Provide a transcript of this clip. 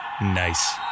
Nice